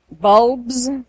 Bulbs